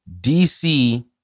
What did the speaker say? DC